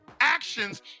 actions